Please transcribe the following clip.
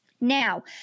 Now